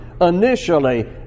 initially